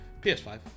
ps5